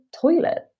toilet